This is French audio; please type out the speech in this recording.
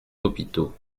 hôpitaux